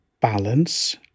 balance